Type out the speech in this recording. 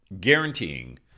guaranteeing